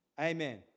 Amen